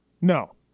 No